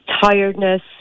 tiredness